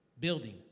building